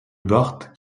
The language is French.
bart